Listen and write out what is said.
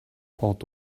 port